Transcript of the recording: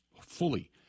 fully